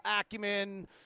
acumen